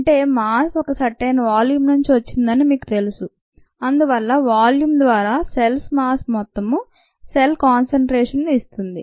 అంటే mass mass ఒక ే సర్టైన్ వాల్యూమ్ నుంచి వచ్చినదని మీకు తెలుసు అందువల్ల వాల్యూమ్ ద్వారా సెల్స్ మాస్ మొత్తం సెల్ కాన్సెన్ట్రేషన్ ను ఇస్తుంది